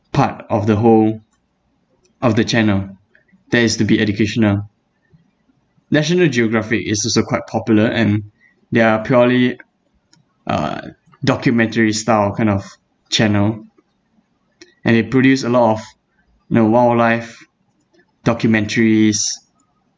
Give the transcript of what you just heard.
part of the whole of the channel that is to be educational national geographic is also quite popular and they're purely uh documentary style kind of channel and it produce a lot of you know wildlife documentaries